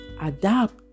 Adapt